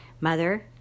Mother